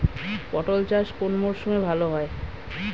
পটল চাষ কোন মরশুমে ভাল হয়?